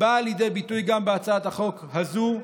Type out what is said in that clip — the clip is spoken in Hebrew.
באה לידי ביטוי גם בהצעת החוק הזו,